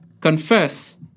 Confess